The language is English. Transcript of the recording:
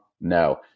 No